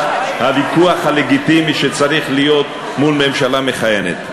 שאלת הוויכוח הלגיטימי שצריך להיות מול ממשלה מכהנת.